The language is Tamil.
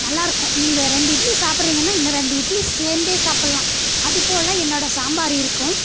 நல்லாயிருக்கும் நீங்கள் ரெண்டு இட்லி சாப்பிடுறீங்கன்னா இன்னும் ரெண்டு இட்லி சேர்ந்தே சாப்படல்லாம் அதுப்போல என்னோடய சாம்பார் இருக்கும்